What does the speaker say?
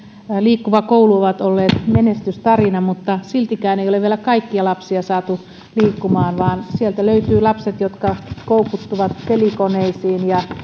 liikkuva koulu ovat olleet menestystarinoita mutta siltikään ei ole vielä kaikkia lapsia saatu liikkumaan vaan sieltä löytyvät lapset jotka koukuttuvat pelikoneisiin ja